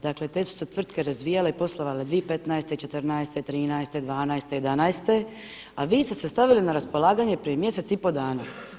Dakle te su se tvrtke razvijale i poslovale 2015., '14., '13., '12., i '11. a vi ste se stavili na raspolaganje prije mjesec i pol dana.